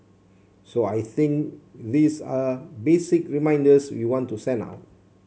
so I think these are basic reminders we want to send out